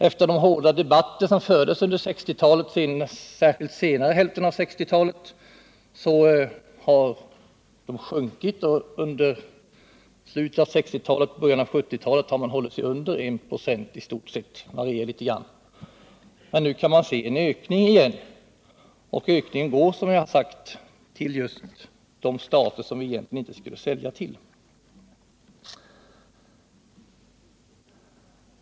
Efter de hårda debatter som fördes under särskilt senare hälften av 1960-talet har vapenexportens andel minskat och i slutet av 1960-talet och början av 1970 talet istort sett hållit sig under 1 26. Nu kan vi åter se en ökning, och ökningen faller som jag sagt just på de stater som vi egentligen inte skulle sälja till.